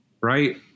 right